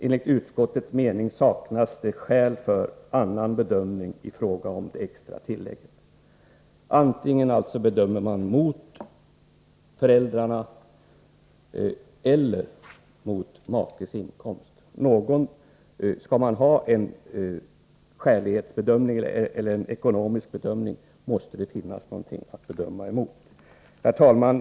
Enligt utskottets mening saknas det skäl att göra annan bedömning i fråga om det extra tillägget.” Man prövar alltså antingen mot föräldrarnas eller mot makes inkomst. Om man skall göra en ekonomisk prövning, måste det finnas något att pröva emot. Herr talman!